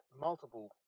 multiple